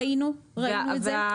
ראינו את זה.